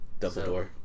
Dumbledore